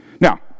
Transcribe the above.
Now